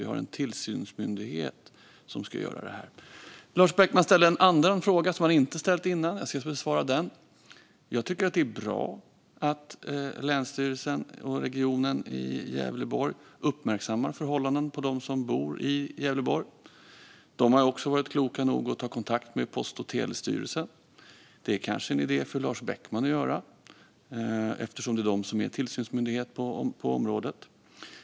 Vi har en tillsynsmyndighet som ska göra detta. Lars Beckman ställer en fråga han inte ställt förut, och jag ska besvara den. Jag tycker att det är bra att länsstyrelsen och regionen i Gävleborg uppmärksammar förhållandena för dem som bor i Gävleborg. Regionen har också varit klok nog att ta kontakt med Post och telestyrelsen. Det är kanske en idé för Lars Beckman att göra eftersom PTS är tillståndsmyndighet på detta område.